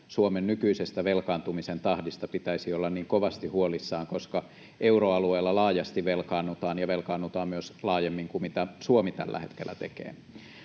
Suomen nykyisestä velkaantumisen tahdista pitäisi olla niin kovasti huolissaan, koska euroalueella laajasti velkaannutaan ja velkaannutaan myös laajemmin kuin mitä Suomi tällä hetkellä tekee.